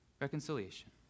reconciliation